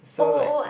so like